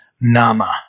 Nama